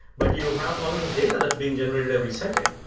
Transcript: but you have all of this data that's being generated every second.